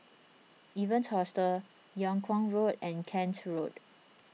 Evans Hostel Yung Kuang Road and Kent Road